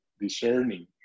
discerning